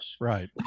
Right